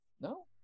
no